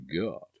god